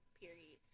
period